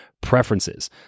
preferences